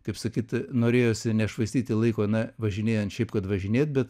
kaip sakyt norėjosi nešvaistyti laiko na važinėjant šiaip kad važinėt bet